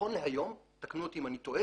נכון להיום תקנו אותי אם אני טועה,